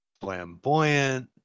Flamboyant